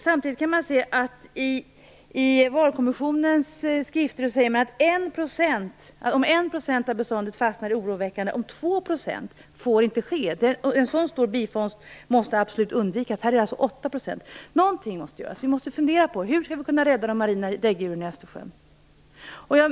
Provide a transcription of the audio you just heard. Samtidigt kan man se att det i Valkommissionens skrifter sägs att det är oroväckande om 1 % av beståndet av fastnar, och 2 % får inte ske. En så stor bifångst måste absolut undvikas. Här gäller det alltså 8 %! Något måste göras. Vi måste fundera på hur vi skall rädda de marina däggdjuren i Östersjön.